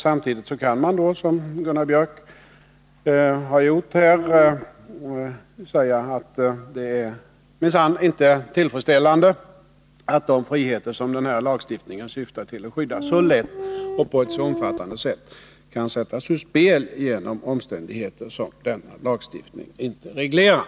Samtidigt kan man, som Gunnar Biörck här har gjort, säga att det minsann inte är tillfredsställande att de friheter som denna lagstiftning syftar till att skydda så lätt och på ett så omfattande sätt kan sättas ur spel genom omständigheter som denna lagstiftning inte reglerar.